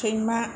सैमा